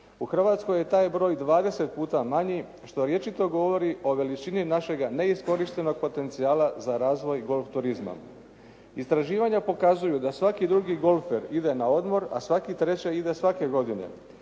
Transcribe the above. U Hrvatskoj je taj broj 20 puta manji što rječito govori o veličini našega neiskorištenog potencijala za razvoj golf turizma. Istraživanja pokazuju da svaki drugi golfer ide na odmor, a svaki treći ide svake godine.